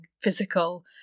physical